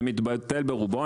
זה מתבטל ברובו.